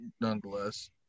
nonetheless